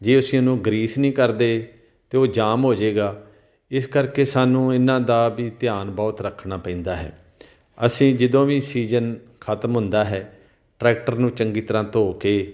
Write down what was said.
ਜੇ ਅਸੀਂ ਉਹਨੂੰ ਗਰੀਸ ਨਹੀਂ ਕਰਦੇ ਤਾਂ ਉਹ ਜਾਮ ਹੋ ਜਾਵੇਗਾ ਇਸ ਕਰਕੇ ਸਾਨੂੰ ਇਹਨਾਂ ਦਾ ਵੀ ਧਿਆਨ ਬਹੁਤ ਰੱਖਣਾ ਪੈਂਦਾ ਹੈ ਅਸੀਂ ਜਦੋਂ ਵੀ ਸੀਜਨ ਖਤਮ ਹੁੰਦਾ ਹੈ ਟਰੈਕਟਰ ਨੂੰ ਚੰਗੀ ਤਰ੍ਹਾਂ ਧੋ ਕੇ